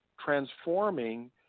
transforming